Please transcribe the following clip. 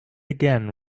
again